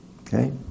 Okay